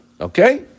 okay